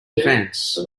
deference